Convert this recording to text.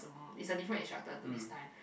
is a different instructor to this time